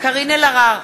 קארין אלהרר,